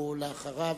ולאחריו,